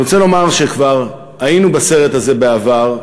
אני רוצה לומר שכבר היינו בסרט הזה בעבר,